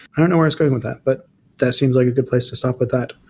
i don't know um was going with that, but that seems like a good place to stop with that.